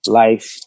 life